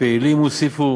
הפעילים הוסיפו